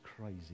crazy